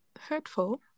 Hurtful